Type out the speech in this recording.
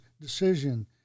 decision